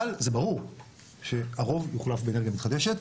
אבל זה ברור שהרוב יוחלף באנרגיה מתחדשת.